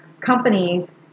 companies